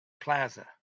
plaza